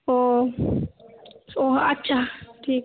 ও ও আচ্ছা ঠিক